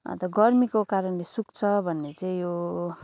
अन्त गर्मीको कारणले सुक्छ भन्ने चाहिँ यो